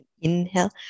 Inhale